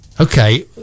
Okay